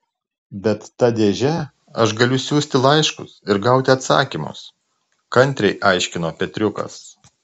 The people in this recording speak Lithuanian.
bet ta dėže aš galiu siųsti laiškus ir gauti atsakymus kantriai aiškino petriukas